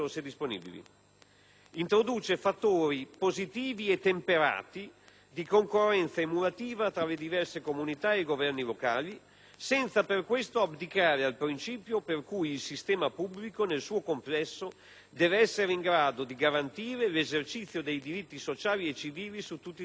Introduce fattori positivi e temperati di concorrenza innovativa tra le diverse comunità e i governi locali, senza per questo abdicare al principio per cui il sistema pubblico nel suo complesso deve essere in grado di garantire l'esercizio dei diritti sociali e civili su tutto il territorio nazionale.